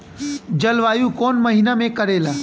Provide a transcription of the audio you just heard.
जलवायु कौन महीना में करेला?